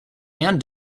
and